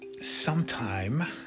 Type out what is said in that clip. sometime